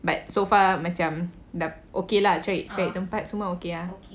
but so far macam dah okay lah cari cari tempat semua okay lah